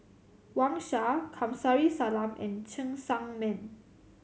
Wang Sha Kamsari Salam and Cheng Tsang Man